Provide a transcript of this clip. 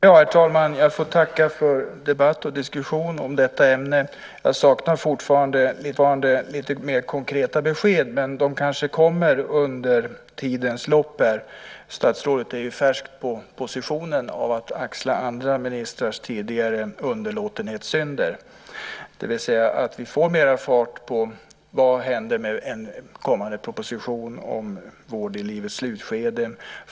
Herr talman! Jag får tacka för debatt och diskussion i detta ämne. Jag saknar fortfarande lite mer konkreta besked, men de kanske kommer under tidens lopp. Statsrådet är ju färsk på positionen att axla andra ministrars tidigare underlåtenhetssynder. Vi får hoppas att vi får mera fart vad gäller en kommande proposition om vård i livets slutskede.